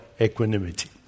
equanimity